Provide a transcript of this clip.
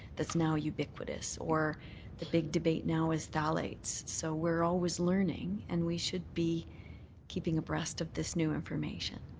that's now ubiquitous or the big debate now is phthalates, so we're always learning and we should be keeping abreast of this new information.